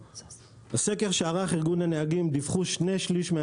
בסקר שערך ארגון הנהגים דיווחו שני-שליש מן